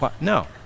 No